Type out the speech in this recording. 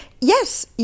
yes